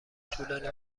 طولانی